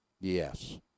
Yes